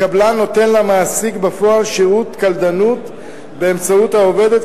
הקבלן נותן למעסיק בפועל שירות קלדנות באמצעות העובדת,